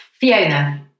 Fiona